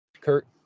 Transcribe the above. Kurt